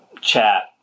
chat